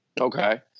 Okay